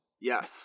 Yes